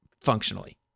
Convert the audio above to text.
functionally